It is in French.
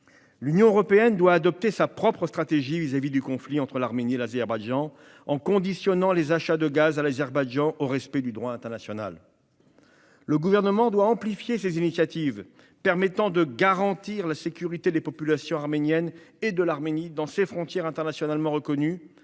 L'Union européenne doit adopter sa propre stratégie à propos du conflit entre l'Arménie et l'Azerbaïdjan, en soumettant les achats de gaz à l'Azerbaïdjan au respect du droit international. Le Gouvernement doit amplifier ses initiatives permettant de garantir la sécurité des populations arméniennes et de l'Arménie, dans ses frontières internationalement reconnues.